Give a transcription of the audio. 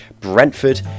Brentford